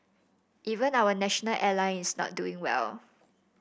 even our national airline is not doing well